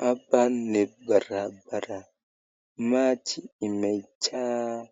Hapa ni barabara, maji imejaa